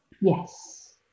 Yes